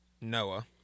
Noah